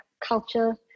culture